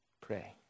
Pray